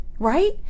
right